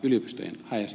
arvoisa puhemies